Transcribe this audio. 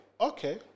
Okay